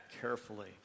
carefully